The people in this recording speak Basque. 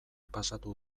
pasatu